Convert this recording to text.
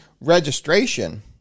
registration